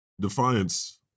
defiance